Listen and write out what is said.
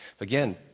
Again